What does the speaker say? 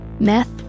meth